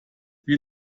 wie